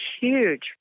huge